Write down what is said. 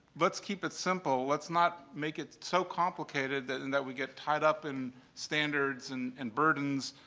let's keep it simple. let's not make it so complicated that and that we get tied up in standards and and burdens